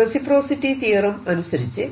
reciprocity theorem അനുസരിച്ച്